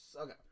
Okay